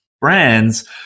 brands